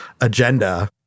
agenda